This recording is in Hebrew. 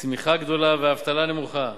צמיחה גדולה ואבטלה נמוכה,